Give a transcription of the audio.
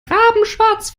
rabenschwarz